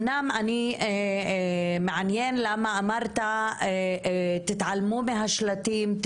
מעניין למה אמרת, תתעלמו מהשלטים.